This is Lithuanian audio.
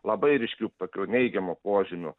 labai ryškių tokių neigiamų požymių